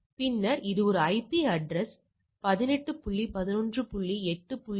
எனவே CHI TEST இல் நாம் எதிர்பார்க்கப்பட்டவையை ஓரு முனையில் கொடுக்கிறோம் பெறப்பட்டவையை மற்றொரு முனையில் கொடுக்கிறோம்